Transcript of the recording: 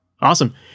Awesome